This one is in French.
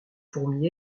fourmis